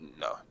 no